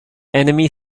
enemy